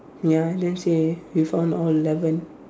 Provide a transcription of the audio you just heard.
ya then say you found all eleven